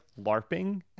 LARPing